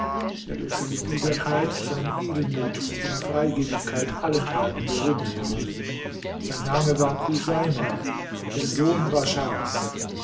der durch seine biederkeit seinen edelmut und seine freigebigkeit allenthalben berühmt war sein name war chuseima der sohn